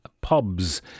pubs